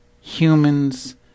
humans